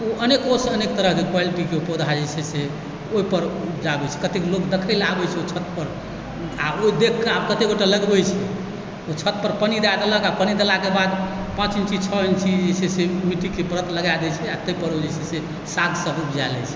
ओ अनेकोसँ अनेक तरहकेँ क्वालिटीके पौधा जे छै से ओ उपजाबै छै कतेको लोग देखऽ लाऽ आबै छै ओहि छत पर ओ देखि कऽ आ कतेको गोटा लगबै छै ओ छत पर पन्नी दए देलक आ पन्नी देलाके बाद पाँच इंची आ छओ इंची जे छै से मिट्टीके परत लगा दए छै आ ताहि पर जे छै से शाक सब्जी उपजा लए छै